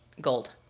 gold